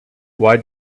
why